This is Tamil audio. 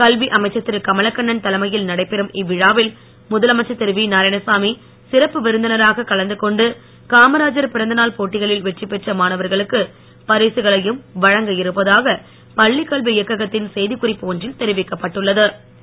கல்வி அமைச்சர் திரு கமலக்கணணன் தலைமையில் நடைபெறும் இவ்விழாவில் முதலமைச்சர் திரு வி நாராயணசாமி சிறப்பு விருந்தினராக கலந்து கொண்டு காமராஜர் பிறந்தநாள் போட்டிகளில் வெற்றி பெற்ற மாணவர்களுக்கு பரிசுகளையும் வழங்க இருப்பதாக பள்ளிக் கல்வி இயக்ககத்தின் செய்திக் குறிப்பு ஒன்றில் தெரிவிக்கப்பட்டுள்ள து